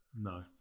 No